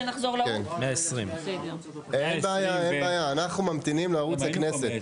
אנחנו מדברים על,